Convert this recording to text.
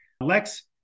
Lex